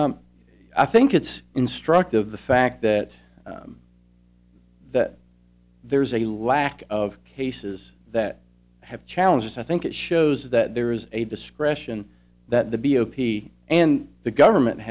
back i think it's instructive the fact that that there's a lack of cases that have challenges i think it shows that there is a discretion that the b o p and the government